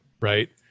right